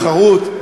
פתחו את זה לתחרות,